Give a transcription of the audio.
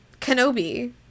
Kenobi